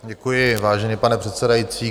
Děkuji, vážený pane předsedající.